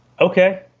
Okay